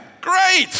great